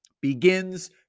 Begins